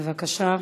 בבקשה.